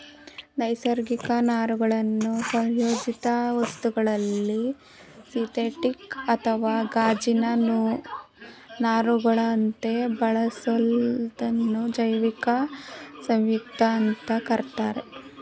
ನೈಸರ್ಗಿಕ ನಾರುಗಳನ್ನು ಸಂಯೋಜಿತ ವಸ್ತುಗಳಲ್ಲಿ ಸಿಂಥೆಟಿಕ್ ಅಥವಾ ಗಾಜಿನ ನಾರುಗಳಂತೆ ಬಳಸೋದನ್ನ ಜೈವಿಕ ಸಂಯುಕ್ತ ಅಂತ ಕರೀತಾರೆ